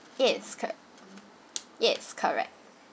yes cor~ yes correct